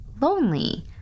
lonely